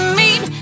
meet